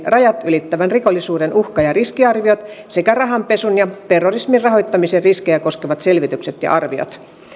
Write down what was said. rajat ylittävän rikollisuuden uhka ja riskiarviot sekä rahanpesun ja terrorismin rahoittamisen riskejä koskevat selvitykset ja arviot